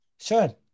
sure